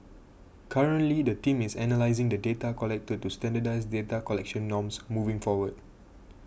currently the team is analysing the data collected to standardise data collection norms moving forward